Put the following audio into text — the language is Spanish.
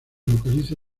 localiza